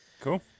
Cool